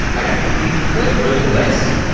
okay, in thirty words or less,